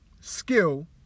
skill